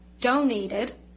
donated